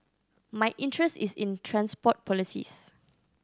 my interest is in transport policies